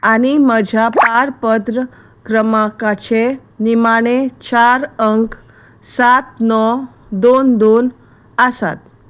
आनी म्हज्या पारपत्र क्रमांकाचे निमाणें चार अंक सात णव दोन दोन आसात